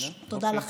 תודה לכם.